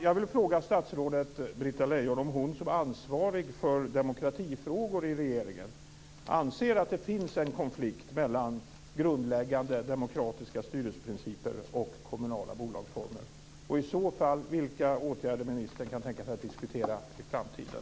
Jag vill fråga statsrådet Britta Lejon om hon som ansvarig för demokratifrågor i regeringen anser att det finns en konflikt mellan grundläggande demokratiska styrelseprinciper och kommunala bolagsformer. Och i så fall undrar jag vilka åtgärder ministern kan tänka sig att diskutera i framtiden.